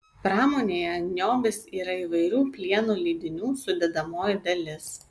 pramonėje niobis yra įvairių plieno lydinių sudedamoji dalis